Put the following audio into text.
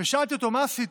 ושאלתי אותו: מה עשיתי?